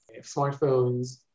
smartphones